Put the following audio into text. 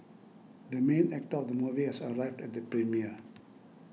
the main actor of the movie has arrived at the premiere